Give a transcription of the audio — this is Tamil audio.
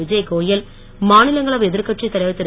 விஜய் கோயல் மாநிலங்களவை எதிர்க்கட்சித் தலைவர் திரு